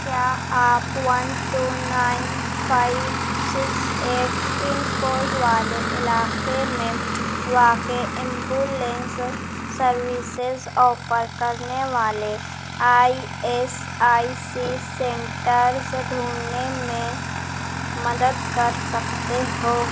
کیا آپ one two nine five six eight pin code والے علاقے میں واقع ایمبولینس سروسز آفر کرنے والے I S I C centres ڈھونڈنے میں مدد کر سکتے ہو